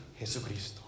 Jesucristo